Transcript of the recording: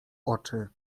oczy